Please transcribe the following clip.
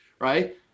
right